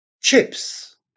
chips